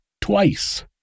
Twice